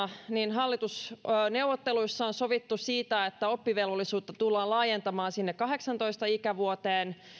hallitusneuvotteluissa on sovittu siitä että oppivelvollisuutta tullaan laajentamaan kahdeksaantoista ikävuoteen